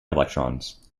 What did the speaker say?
electrons